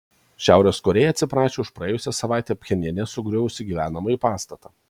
šiaurės korėja atsiprašė už praėjusią savaitę pchenjane sugriuvusį gyvenamąjį pastatą